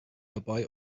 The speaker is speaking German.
dabei